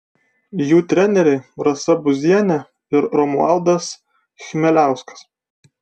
jų treneriai rasa buzienė ir romualdas chmeliauskas